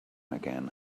again